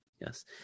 yes